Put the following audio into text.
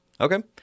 Okay